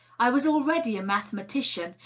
i was already a mathematician,